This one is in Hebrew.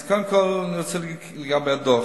אז קודם כול, אני רוצה להגיד לגבי הדוח.